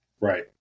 Right